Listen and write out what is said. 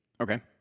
Okay